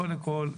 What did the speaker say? קודם כל,